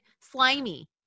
slimy